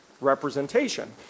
representation